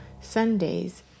Sundays